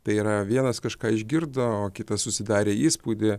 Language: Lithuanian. tai yra vienas kažką išgirdo o kitas susidarė įspūdį